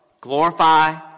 glorify